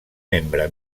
membre